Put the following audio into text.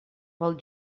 pel